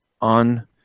on